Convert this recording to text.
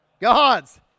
God's